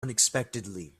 unexpectedly